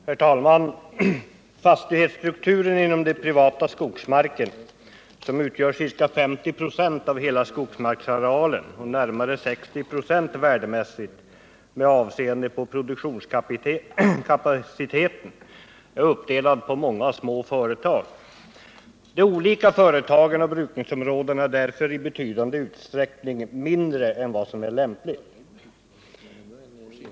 Herr talman! Fastighetsstrukturen inom den privata skogsmarken — som utgör ca 50 926 av hela skogsmarksarealen och närmare 60 96 värdemässigt med avseende på produktionskapaciteten — präglas huvudsakligen av de många och små företagen. De olika företagen och brukningsområdena är därför i betydande utsträckning mindre än vad som är lämpligt.